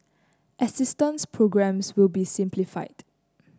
assistance programmes will be simplified